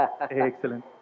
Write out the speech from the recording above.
Excellent